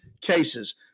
cases